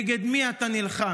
נגד מי אתה נלחם?